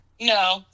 No